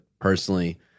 personally